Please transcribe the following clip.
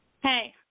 Hey